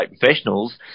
professionals